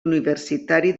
universitari